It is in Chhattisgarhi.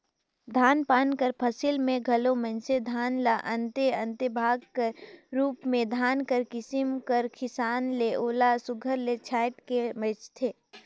धान पान कर फसिल में घलो मइनसे धान ल अन्ते अन्ते भाग कर रूप में धान कर किसिम कर हिसाब ले ओला सुग्घर ले छांएट के बेंचथें